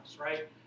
right